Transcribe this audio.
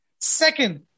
Second